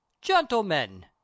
Gentlemen